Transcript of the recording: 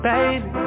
Baby